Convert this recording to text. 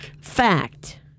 Fact